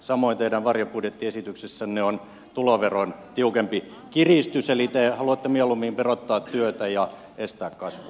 samoin teidän varjobudjettiesityksessänne on tuloveron tiukempi kiristys eli te haluatte mieluummin verottaa työtä ja estää kasvun